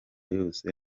yose